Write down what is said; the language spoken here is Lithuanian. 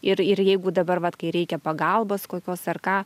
ir ir jeigu dabar vat kai reikia pagalbos kokios ar ką